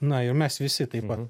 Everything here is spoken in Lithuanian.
na ir mes visi taip pat